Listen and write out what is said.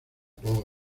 por